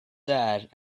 sad